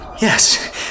Yes